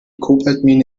kobaltmine